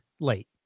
late